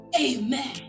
Amen